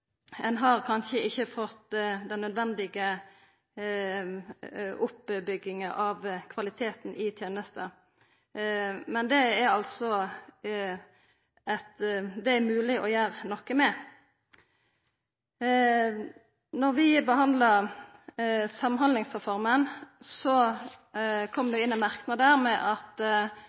ein har kanskje ikkje fått den nødvendige oppbygginga av kvaliteten i tenesta. Men det er det altså mogleg å gjera noko med. Da vi behandla Samhandlingsreforma, kom det inn ein merknad der om at